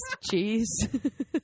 cheese